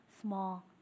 small